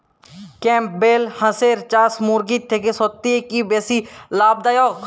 Campbell হাঁসের চাষ মুরগির থেকে সত্যিই কি বেশি লাভ দায়ক?